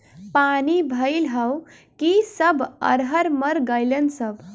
पानी भईल हउव कि सब अरहर मर गईलन सब